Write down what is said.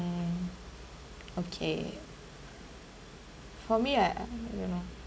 okay for me right I don't know